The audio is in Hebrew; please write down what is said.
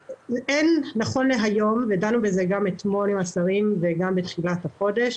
דנו בזה גם אתמול עם השרים וגם בתחילת החודש,